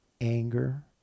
Anger